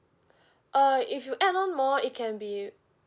uh if you add on more it can be